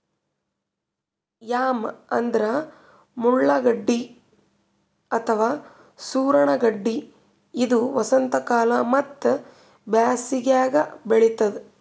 yam ಅಂದ್ರ ಮುಳ್ಳಗಡ್ಡಿ ಅಥವಾ ಸೂರಣ ಗಡ್ಡಿ ಇದು ವಸಂತಕಾಲ ಮತ್ತ್ ಬ್ಯಾಸಿಗ್ಯಾಗ್ ಬೆಳಿತದ್